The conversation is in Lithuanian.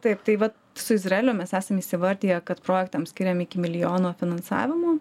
taip tai vat su izraeliu mes esam įsivardiję kad projektam skiriam iki milijono finansavimo